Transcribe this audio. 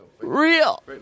Real